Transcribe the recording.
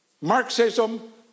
Marxism